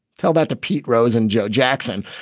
tell that to pete rose and joe jackson.